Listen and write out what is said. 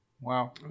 wow